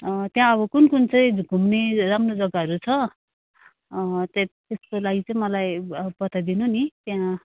त्यहाँ अब कुन कुन चाहिँ घुम्ने राम्रो जग्गाहरू छ त्यस त्यसको लागि चाहिँ मलाई अब बताइदिनु नि त्यहाँ